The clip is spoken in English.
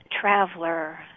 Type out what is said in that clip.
traveler